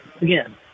Again